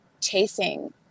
chasing